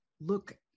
look